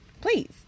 please